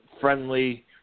friendly